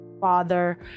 father